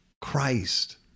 Christ